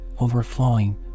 overflowing